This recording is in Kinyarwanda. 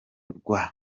rwa